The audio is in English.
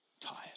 tired